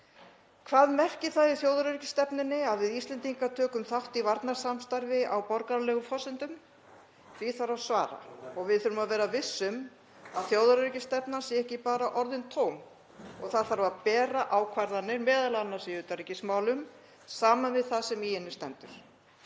Hvað merkir það í þjóðaröryggisstefnunni að við Íslendingar tökum þátt í varnarsamstarfi á borgaralegum forsendum? Því þarf að svara og við þurfum að vera viss um að þjóðaröryggisstefnan sé ekki bara orðin tóm og það þarf að bera ákvarðanir, m.a. í utanríkismálum, saman við það sem í henni stendur.